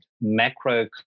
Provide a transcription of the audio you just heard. macro-